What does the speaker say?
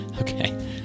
Okay